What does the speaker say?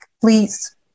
please